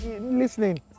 listening